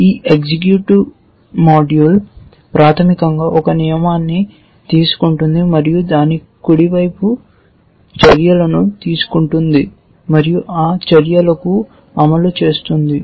ఈ execute module ప్రాథమికంగా ఒక నియమాన్ని తీసుకుంటుంది మరియు దాని కుడి వైపు చర్యలను తీసుకుంటుంది మరియు ఆ చర్యలకు అమలు చేస్తుంది